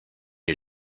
you